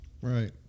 Right